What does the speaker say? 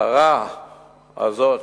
הפרה הזאת,